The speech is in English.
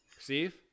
Steve